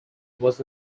was